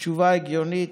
התשובה הגיונית?